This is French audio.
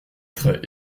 traits